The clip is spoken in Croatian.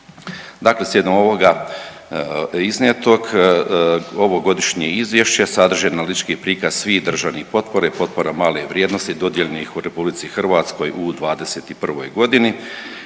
Dakle, slijedom ovoga iznijetog ovogodišnje izvješće sadrži analitički prikaz svih državnih potpora i potpora male vrijednosti dodijeljenih u RH u '21. godini.